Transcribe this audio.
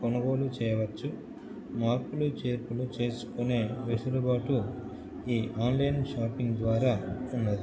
కొనుగోలు చేయవచ్చు మార్పులు చేర్పులు చేసుకునే వెసులుబాటు ఈ ఆన్లైన్ షాపింగ్ ద్వారా ఉన్నది